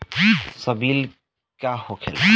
सीबील का होखेला?